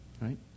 right